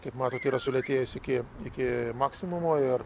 kaip matot yra sulėtėjęs iki iki maksimumo ir